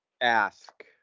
ask